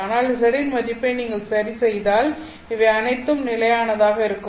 ஆனால் z இன் மதிப்பை நீங்கள் சரிசெய்தால் இவை அனைத்தும் நிலையானதாக இருக்கும்